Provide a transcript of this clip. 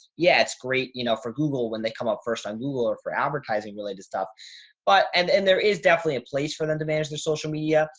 yeah, it's great. you know for google when they come up first on google or for advertising related stuff but and and there is definitely a place for them to manage their social media.